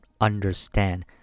understand